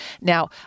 Now